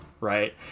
right